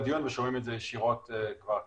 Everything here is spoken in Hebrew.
בדיון ושומעים את זה ישירות כבר כאן.